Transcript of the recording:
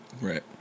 Right